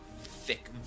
thick